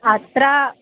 अत्र